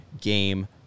game